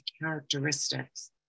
characteristics